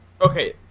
Okay